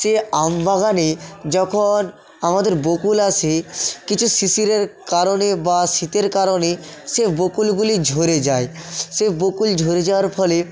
সেই আম বাগানে যখন আমাদের বকুল আসে কিছু শিশিরের কারণে বা শীতের কারণে সে বকুলগুলি ঝরে যায় সে বকুল ঝরে যাওয়ার ফলে